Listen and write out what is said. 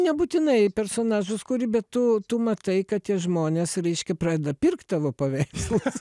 nebūtinai personažus kuri bet tu tu matai kad tie žmonės reiškia pradeda pirkt tavo paveikslus